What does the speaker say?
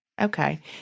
Okay